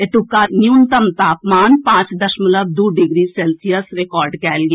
एतुका न्यूनतम तापमान पांच दशमलव दू डिग्री सेल्सियस रिकॉर्ड कएल गेल